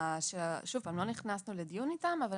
שוב, לא נכנסנו לדיון איתם, אבל